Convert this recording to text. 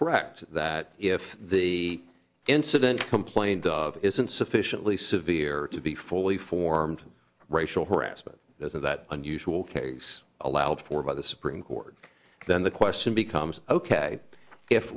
correct that if the incident complained of isn't sufficiently severe to be fully formed racial harassment isn't that unusual case allowed for by the supreme court then the question becomes ok if